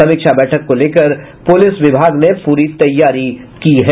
समीक्षा बैठक को लेकर पुलिस विभाग ने पूरी तैयारी की है